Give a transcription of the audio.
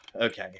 Okay